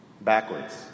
Backwards